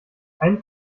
einen